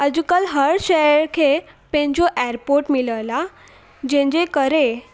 अॼुकल्ह हर शहर खे पंहिंजो एयरपोर्ट मिलियलु आहे जंहिंजे करे